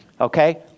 Okay